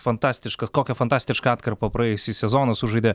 fantastiška kokią fantastišką atkarpą praėjusį sezoną sužaidė